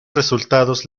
resultados